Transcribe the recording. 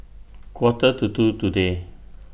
Quarter to two today